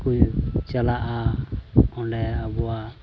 ᱠᱚ ᱪᱟᱞᱟᱜᱼᱟ ᱚᱸᱰᱮ ᱟᱵᱚᱣᱟᱜ